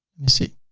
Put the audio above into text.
me see.